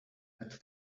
had